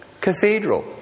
cathedral